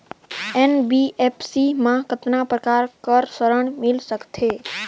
NBFC मा कतना प्रकार कर ऋण मिल सकथे?